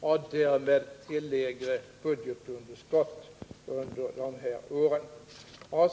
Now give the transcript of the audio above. och därmed till lägre budgetunderskott under dessa år.